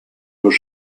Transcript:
was